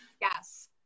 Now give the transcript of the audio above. Yes